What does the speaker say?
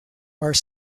are